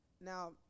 now